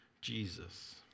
Jesus